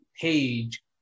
Page